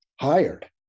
hired